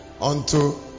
unto